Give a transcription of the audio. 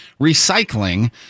recycling